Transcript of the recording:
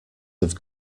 have